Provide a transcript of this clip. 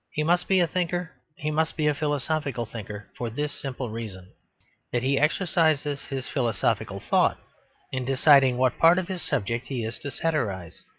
he must be a thinker, he must be a philosophical thinker for this simple reason that he exercises his philosophical thought in deciding what part of his subject he is to satirise.